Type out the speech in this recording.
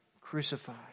crucified